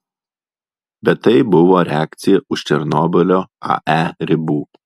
bet tai buvo reakcija už černobylio ae ribų